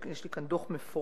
יש לי כאן דוח מפורט.